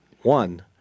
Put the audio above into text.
One